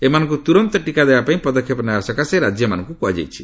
ଏମାନଙ୍କୁ ତୁରନ୍ତ ଟିକା ଦେବା ପାଇଁ ପଦକ୍ଷେପ ନେବାକୁ ରାଜ୍ୟମାନଙ୍କୁ କୁହାଯାଇଛି